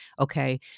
Okay